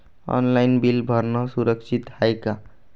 Online bill भरनं सुरक्षित हाय का?